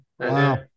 Wow